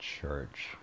Church